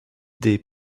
des